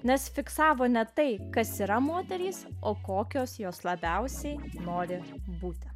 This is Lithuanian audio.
nes fiksavo ne tai kas yra moterys o kokios jos labiausiai noriu būti